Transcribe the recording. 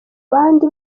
bandi